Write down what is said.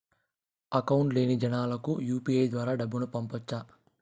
Account లేని జనాలకు UPI ద్వారా డబ్బును పంపొచ్చా?